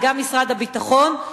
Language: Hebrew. וגם משרד הביטחון,